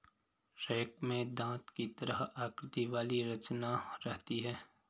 rake में दाँत की तरह आकृति वाली रचना रहती है